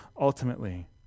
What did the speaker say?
ultimately